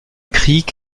krieg